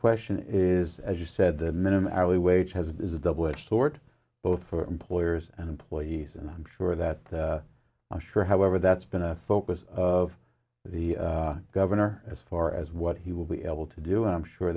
question is as you said the minimum hourly wage has is a double edged sword both for employers and employees and i'm sure that i'm sure however that's been a focus of the governor as far as what he will be able to do and i'm sure